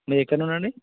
మీరు ఎక్కడ నుండి అండి